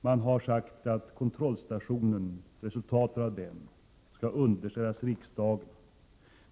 Man har sagt att resultatet av kontrollstationen skall underställas riksdagen.